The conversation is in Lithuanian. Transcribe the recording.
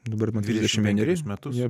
dabar dvidešimt vienerius metus